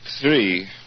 Three